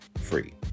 free